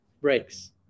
breaks